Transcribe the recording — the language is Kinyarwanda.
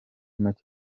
make